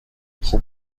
خوب